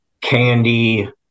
candy